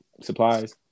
supplies